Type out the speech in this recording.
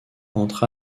entre